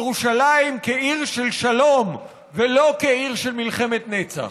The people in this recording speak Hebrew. ירושלים כעיר של שלום ולא כעיר של מלחמת נצח.